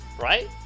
right